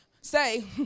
say